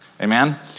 Amen